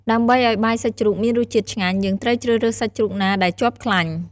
ដើម្បីឱ្យបាយសាច់ជ្រូកមានរសជាតិឆ្ងាញ់ យើងត្រូវជ្រើសរើសសាច់ជ្រូកណាដែលជាប់ខ្លាញ់។